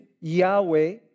Yahweh